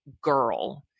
girl